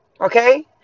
okay